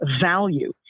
value